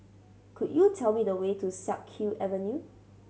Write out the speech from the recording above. could you tell me the way to Siak Kew Avenue